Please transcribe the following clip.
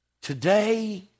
today